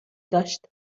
داشت